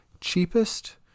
cheapest